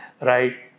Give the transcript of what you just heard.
right